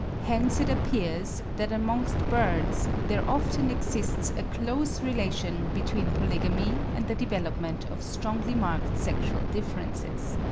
hence it appears that amongst birds there often exists a close relation between polygamy and the development of strongly-marked sexual differences.